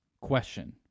question